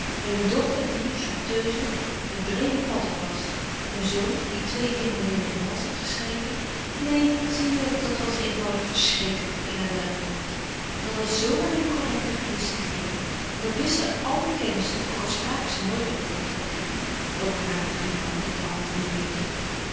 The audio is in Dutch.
met een dochter die chanteuse het breede pad op was een zoon die twee immoreele romans had geschreven neen zie je dat was eenvoudig verschrikkelijk voor ina d'herbourg dat was zo weinig correct en gedistingeerd en dat wisten àl de kennissen ook al sprak ze nooit over tante ottilie en over hare drie mannen die alle drie leefden